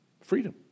freedom